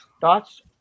Thoughts